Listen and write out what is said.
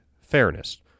fairness